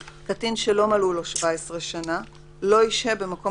(א) קטין שלא מלאו לו 17 שנים לא ישהה במקום